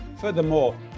Furthermore